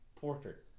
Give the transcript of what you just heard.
Porter